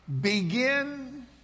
begin